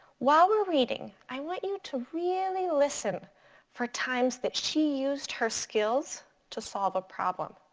while we're reading, i want you to really listen for times that she used her skills to solve a problem.